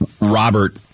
Robert